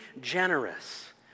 generous